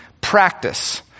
practice